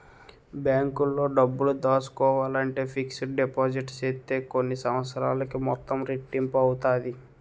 బ్యాంకులో డబ్బులు దాసుకోవాలంటే ఫిక్స్డ్ డిపాజిట్ సేత్తే కొన్ని సంవత్సరాలకి మొత్తం రెట్టింపు అవుతాది